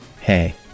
Hey